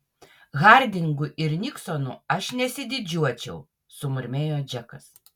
hardingu ir niksonu aš nesididžiuočiau sumurmėjo džekas